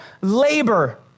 labor